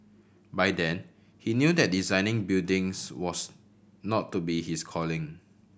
by then he knew that designing buildings was not to be his calling